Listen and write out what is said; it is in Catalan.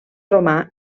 romà